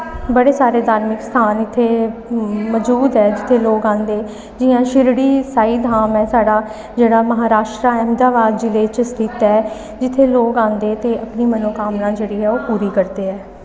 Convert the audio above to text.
बड़े सारे धार्मिक स्थान इत्थै मजूद ऐ जित्थै लोक आंदे जियां शिरढ़ी साईं धाम ऐ साढ़ा जेह्ड़ा महाराष्ट्रा अहमदाबाद जिले च स्थित ऐ ते जित्थै लोक आंदे ते अपनी जेह्ड़ी मनोकामना ऐ ओह् पूरी करदे